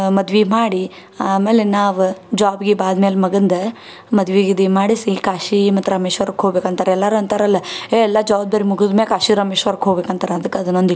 ಮದುವೆ ಮಾಡಿ ಆಮೇಲೆ ನಾವು ಜಾಬ್ ಗೀಬ್ ಆದ್ಮೇಲೆ ಮಗಂದು ಮದ್ವೆ ಗಿದ್ವಿ ಮಾಡಿಸಿ ಕಾಶೀ ಮತ್ತು ರಾಮೇಶ್ವರಕ್ಕೆ ಹೋಗ್ಬೇಕು ಅಂತಾರ್ ಎಲ್ಲರೂ ಅಂತಾರಲ್ಲ ಎಲ್ಲ ಜವಾಬ್ದಾರಿ ಮುಗಿದ ಮ್ಯಾಗ ಕಾಶಿ ರಾಮೇಶ್ವರಕ್ಕೆ ಹೋಗ್ಬೇಕು ಅಂತಾರ ಅದ್ಕೆ ಅದನೊಂದು ಇಡ್ಕೊಂಡೀನಿ